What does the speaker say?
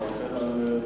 אתה רוצה לעשות,